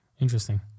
Interesting